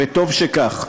וטוב שכך,